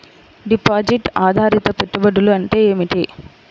Deposit ఆధారిత పెట్టుబడులు అంటే ఏమిటి?